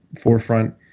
forefront